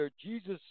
Jesus